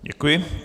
Děkuji.